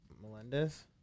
Melendez